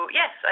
yes